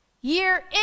Year